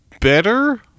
better